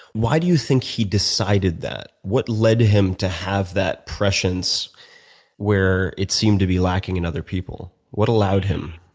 why do you think he decided that? what led him to have that prescience where it seemed to be lacking in other people? what allowed him?